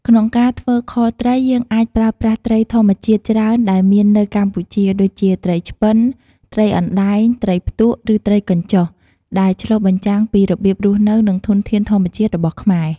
ក្នុងការធ្វើខត្រី យើងអាចប្រើប្រាស់ត្រីធម្មជាច្រើនដែលមាននៅកម្ពុជា ដូចជាត្រីឆ្ពិន ត្រីអណ្ដែង ត្រីផ្ទក់ ឬត្រីកញ្ចុះ ដែលឆ្លុះបញ្ចាំងពីរបៀបរស់នៅ និងធនធានធម្មជាតិរបស់ខ្មែរ។